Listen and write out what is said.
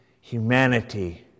humanity